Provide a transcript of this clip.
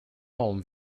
home